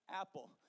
Apple